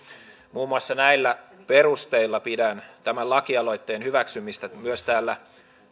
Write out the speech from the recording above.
muun muassa näillä perusteilla pidän tämän lakialoitteen hyväksymistä myös täällä